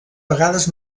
vegades